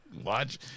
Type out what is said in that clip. Watch